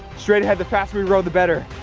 straight ahead. the faster we row, the better.